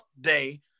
Day